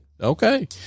Okay